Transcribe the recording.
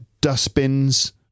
dustbins